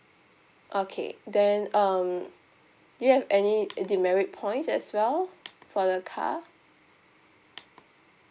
okay then um do you have any demerit points as well for the car